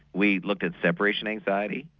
we looked at separation anxiety,